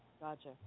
Gotcha